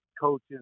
coaches